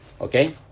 Okay